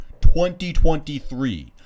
2023